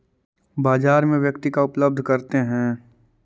बाजार में व्यक्ति का उपलब्ध करते हैं?